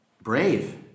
brave